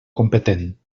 competent